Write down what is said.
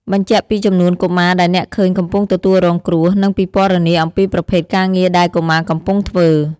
បញ្ជាក់ពីចំនួនកុមារដែលអ្នកឃើញកំពុងទទួលរងគ្រោះ និងពិពណ៌នាអំពីប្រភេទការងារដែលកុមារកំពុងធ្វើ។